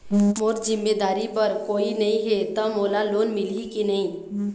मोर जिम्मेदारी बर कोई नहीं हे त मोला लोन मिलही की नहीं?